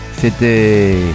c'était